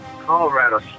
Colorado